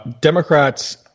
Democrats